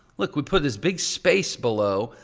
look, we put this big space below.